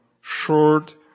short